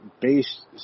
based